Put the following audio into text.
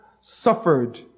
suffered